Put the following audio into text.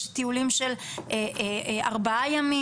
יש טיולים של ארבעה ימים,